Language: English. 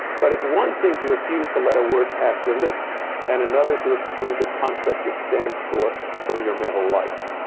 but it's one thing to refuse to let a word pass your lips and another to exclude the concept it stands for from your mental life.